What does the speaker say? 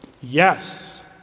Yes